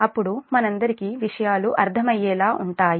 అప్పుడు మనందరికీ విషయాలు అర్థమయ్యేలా ఉంటాయి